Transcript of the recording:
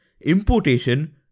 importation